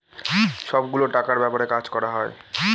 সব গুলো টাকার ব্যাপারে কাজ করা হয়